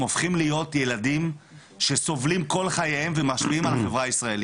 הופכים להיות ילדים שסובלים כל חייהם ומשפיעים על החברה הישראלית,